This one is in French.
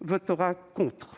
votera contre